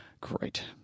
Great